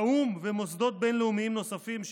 האו"ם ומוסדות בין-לאומיים נוספים,